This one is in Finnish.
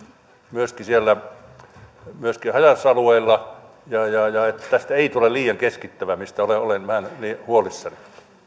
myöskin siellä haja asutusalueilla ja että tästä ei tule liian keskittävä mistä olen olen vähän huolissani